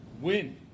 win